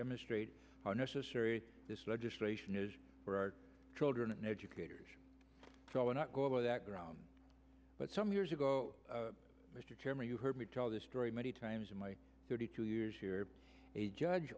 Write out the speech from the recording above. demonstrate how necessary this legislation is for our children and educators telling not go over that ground but some years ago mr chairman you heard me tell this story many times in my thirty two years here a judge